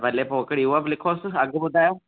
भले पोइ हिकिड़ी हूअ बि लिखोसि अघि ॿुधायो